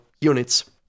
units